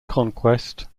conquest